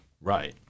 Right